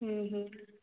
ହୁଁ ହୁଁ